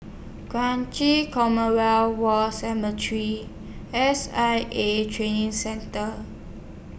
Kranji Commonwealth War Cemetery S I A Training Centre